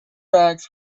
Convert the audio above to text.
backs